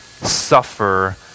suffer